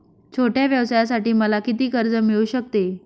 छोट्या व्यवसायासाठी मला किती कर्ज मिळू शकते?